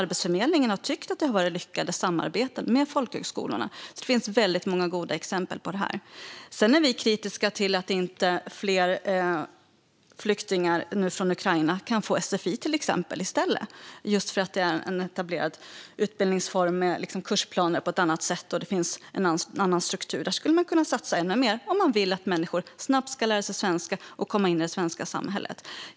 Arbetsförmedlingen har också tyckt att samarbetena med folkhögskolorna har varit lyckade. Det finns många goda exempel. Vi är kritiska till att inte fler flyktingar från Ukraina kan få till exempel sfi i stället. Det är en etablerad utbildningsform där det finns kursplan och en annan struktur. Där skulle man kunna satsa ännu mer, om man vill att människor snabbt ska lära sig svenska och komma in i det svenska samhället.